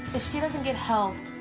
if she doesn't get help,